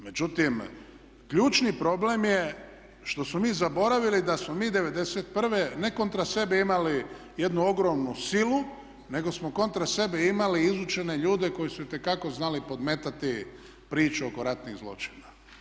Međutim, ključni problem je što smo mi zaboravili da smo mi '91. ne kontra sebe imali jednu ogromnu silu, nego smo kontra sebe imali izučene ljude koji su itekako znali podmetati priču oko ratnih zločina.